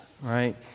right